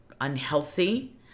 unhealthy